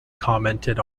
commented